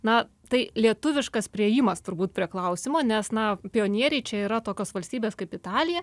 na tai lietuviškas priėjimas turbūt prie klausimo nes na pionieriai čia yra tokios valstybės kaip italija